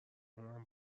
اونم